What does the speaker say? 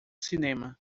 cinema